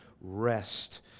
rest